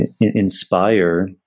Inspire